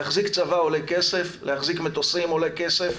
להחזיק צבא עולה כסף, להחזיק מטוסים עולה כסף,